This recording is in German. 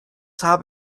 habe